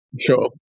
Sure